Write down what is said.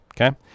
Okay